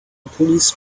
police